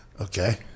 Okay